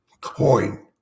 coin